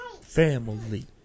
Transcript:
Family